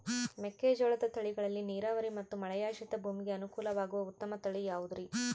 ಮೆಕ್ಕೆಜೋಳದ ತಳಿಗಳಲ್ಲಿ ನೇರಾವರಿ ಮತ್ತು ಮಳೆಯಾಶ್ರಿತ ಭೂಮಿಗೆ ಅನುಕೂಲವಾಗುವ ಉತ್ತಮ ತಳಿ ಯಾವುದುರಿ?